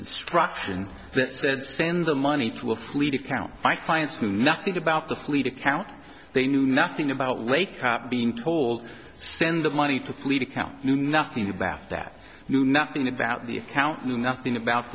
instruction that said send the money to a fleet account my clients knew nothing about the fleet account they knew nothing about late being told send the money to leave account knew nothing about that knew nothing about the account knew nothing about